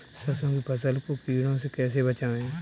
सरसों की फसल को कीड़ों से कैसे बचाएँ?